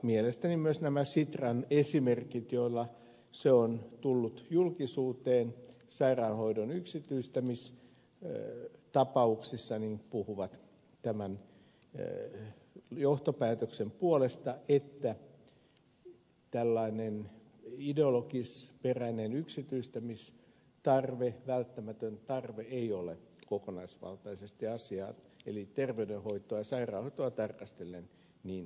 mielestäni myös nämä sitran esimerkit joilla se on tullut julkisuuteen sairaanhoidon yksityistämistapauksissa puhuvat tämän johtopäätöksen puolesta että tällainen ideologisperäinen yksityistämistarve tarpeen välttämättömyys ei ole kokonaisvaltaisesti asiaa eli terveydenhoitoasairaanhoitoa tarkastellen niin